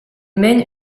mène